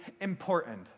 important